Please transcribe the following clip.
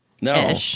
no